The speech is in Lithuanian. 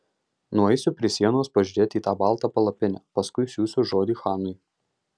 nueisiu prie sienos pažiūrėti į tą baltą palapinę paskui siųsiu žodį chanui